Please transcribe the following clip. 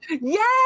Yes